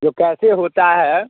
वह कैसे होता है